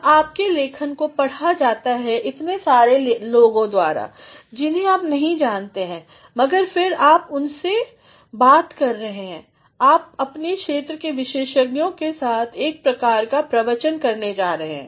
अब आपकी लेखन को पढ़ा जाता है इतने सारे लोगों द्वारा जिन्हें आप नहीं जानते हैं मगर फिर आप उनसे बात करने जा रहे हैं आप अपनी क्षेत्र केविशेषज्ञोंके साथ एक प्रकार की प्रवचन करने जा रहे हैं